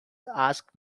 asked